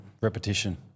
repetition